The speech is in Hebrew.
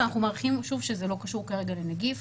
אנחנו מעריכים שזה לא קשור כרגע לנגיף.